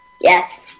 Yes